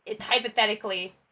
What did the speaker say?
Hypothetically